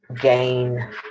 gain